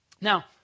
Now